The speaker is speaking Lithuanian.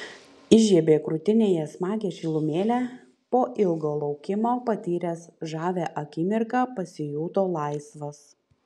įžiebė krūtinėje smagią šilumėlę po ilgo laukimo patyręs žavią akimirką pasijuto laisvas